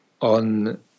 on